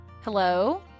Hello